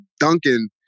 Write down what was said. Duncan